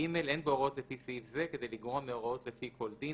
(ג)אין בהוראות לפי סעיף זה כדי לגרוע מהוראות לפי כל דין,